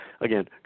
again